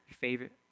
favorite